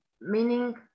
meaning